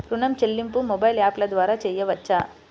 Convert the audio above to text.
ఋణం చెల్లింపు మొబైల్ యాప్ల ద్వార చేయవచ్చా?